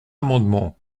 amendement